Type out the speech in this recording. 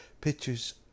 pictures